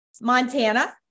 Montana